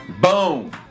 Boom